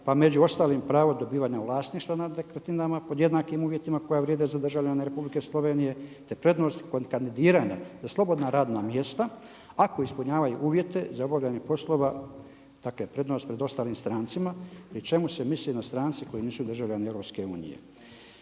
pa među ostalim pravo dobivanja vlasništva nad nekretninama pod jednakim uvjetima koja vrijede za državljane Republike Slovenije te prednost kod kandidiranja za slobodna radna mjesta ako ispunjavaju uvjete za obavljanje poslova, dakle prednost pred ostalim strancima pri čemu se misli na strance koji nisu državljani EU. Također